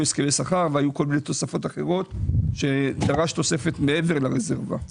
הסכמי שכר והיו כל מיני תוספות אחרות שדרשו תוספת מעבר לרזרבה,